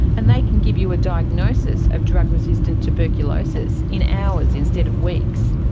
and they can give you a diagnosis of drug resistant tuberculosis in hours instead of weeks.